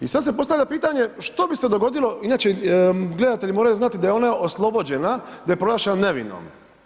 I sada se postavlja pitanje što bi se dogodilo, inače gledatelji moraju znati da je ona oslobođena, da je proglašena nevinom.